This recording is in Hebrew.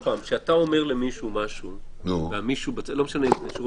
--- כשאתה אומר למישהו משהו לא משנה אם זה שירות